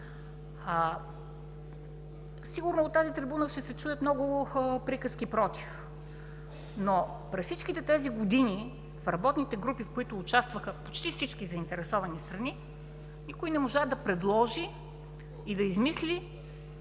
Сигурно от тази трибуна ще се чуят много приказки против, но през всичките тези години в работните групи, в които участваха почти всички заинтересовани страни, никой не можа да предложи и да измисли